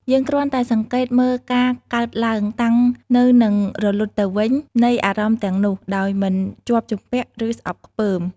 យើងគ្រាន់តែសង្កេតមើលការកើតឡើង តាំងនៅនិងរលត់ទៅវិញនៃអារម្មណ៍ទាំងនោះ ដោយមិនជាប់ជំពាក់ ឬស្អប់ខ្ពើម។